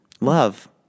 Love